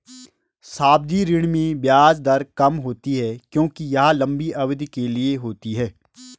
सावधि ऋण में ब्याज दर कम होती है क्योंकि यह लंबी अवधि के लिए होती है